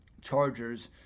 chargers